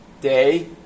Day